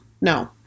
No